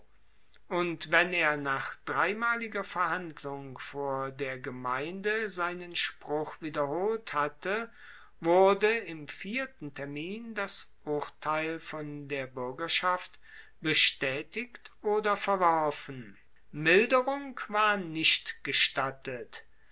und wenn er nach dreimaliger verhandlung vor der gemeinde seinen spruch wiederholt hatte wurde im vierten termin das urteil von der buergerschaft bestaetigt oder verworfen milderung war nicht gestattet